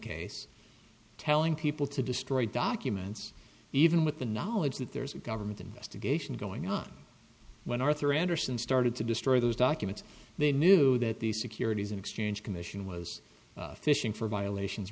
case telling people to destroy documents even with the knowledge that there's a government investigation going on when arthur andersen started to destroy those documents they knew that the securities and exchange commission was fishing for violations